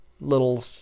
little